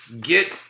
get